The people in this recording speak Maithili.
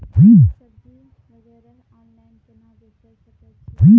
सब्जी वगैरह ऑनलाइन केना बेचे सकय छियै?